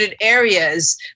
areas